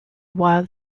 wild